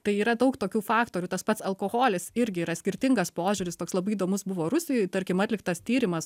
tai yra daug tokių faktorių tas pats alkoholis irgi yra skirtingas požiūris toks labai įdomus buvo rusijoj tarkim atliktas tyrimas